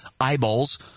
eyeballs